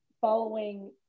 following